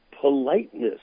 politeness